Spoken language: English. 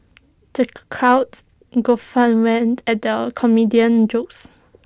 the crowd guffawed when at the comedian's jokes